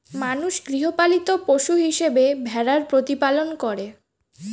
মানুষ গৃহপালিত পশু হিসেবে ভেড়ার প্রতিপালন করে